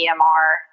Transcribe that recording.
EMR